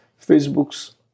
Facebook's